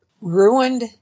ruined